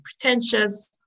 pretentious